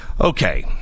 Okay